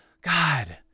God